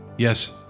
Yes